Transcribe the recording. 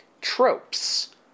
tropes